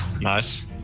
Nice